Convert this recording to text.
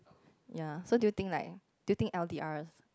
ya so do you think like do you think L_D_R